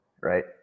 right